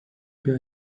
bir